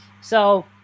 So-